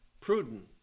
Prudent